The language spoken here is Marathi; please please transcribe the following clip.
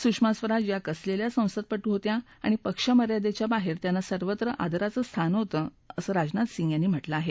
सुषमा स्वराज या कसलेल्या संसदपटू होत्या आणि पक्षमयदिच्या बाहेर त्यांना सर्वत्र आदराचं स्थान होतं असं राजनाथ सिंग यांनी म्हटलं आहे